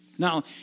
Now